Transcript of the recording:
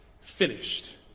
finished